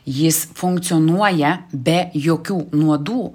jis funkcionuoja be jokių nuodų